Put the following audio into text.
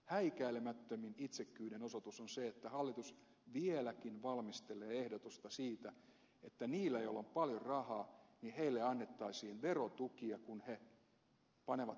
häikäilemättömin itsekkyyden osoitus on se että hallitus vieläkin valmistelee ehdotusta siitä että niille joilla on paljon rahaa annettaisiin verotukia kun he panevat rahaa pitkäaikaissäästöön